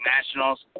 Nationals